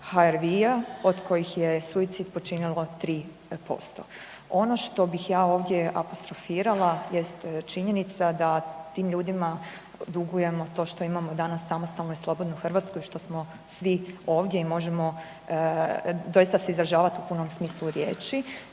HRVI-a od kojih je suicid počinilo 3%. Ono što bih ja ovdje apostrofirala jest činjenica da tim ljudima dugujemo to što imamo danas samostalnu i slobodnu Hrvatsku i što smo svi ovdje i možemo doista se izražavat u punom smislu riječi